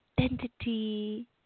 identity